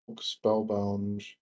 Spellbound